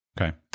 Okay